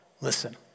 Listen